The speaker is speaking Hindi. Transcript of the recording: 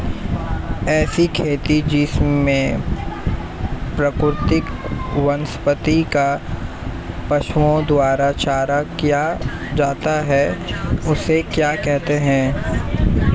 ऐसी खेती जिसमें प्राकृतिक वनस्पति का पशुओं द्वारा चारण किया जाता है उसे क्या कहते हैं?